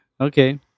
okay